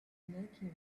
mercury